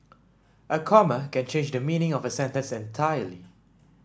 a comma can change the meaning of a sentence entirely